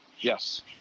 Yes